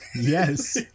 yes